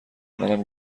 منم